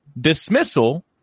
dismissal